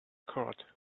cord